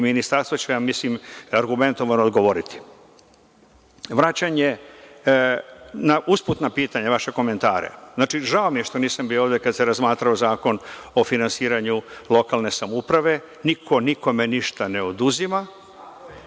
ministarstvo će vam mislim argumentovano odgovoriti. Vraćanje na usputna pitanja, vaše komentare. Znači, žao mi je što nisam bio ovde kada se razmatrao Zakon o finansiranju lokalne samouprave. Niko, nikome ništa ne oduzima,